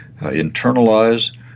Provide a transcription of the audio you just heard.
internalize